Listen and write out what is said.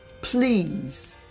Please